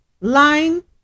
Lying